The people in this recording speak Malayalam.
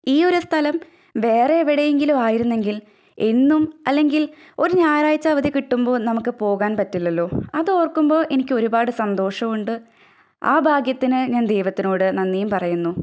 ഈയൊരു സ്ഥലം വേറെ എവിടെയെങ്കിലും ആയിരുന്നെങ്കില് എന്നും അല്ലെങ്കില് ഒരു ഞായറാഴ്ച അവധി കിട്ടുമ്പോൾ നമുക്ക് പോകാന് പറ്റില്ലല്ലൊ അതോര്ക്കുമ്പോൾ എനിക്കൊരുപാട് സന്തോഷമുണ്ട് ആ ഭാഗ്യത്തിന് ഞാന് ദൈവത്തിനോട് നന്ദിയും പറയുന്നു